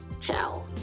Ciao